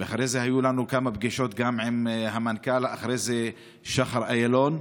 ואחרי זה היו לנו כמה פגישות גם עם המנכ"ל שחר איילון.